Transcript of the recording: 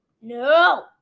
No